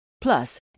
plus